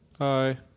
hi